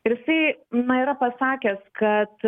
ir jisai na yra pasakęs kad